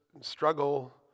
struggle